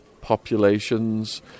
populations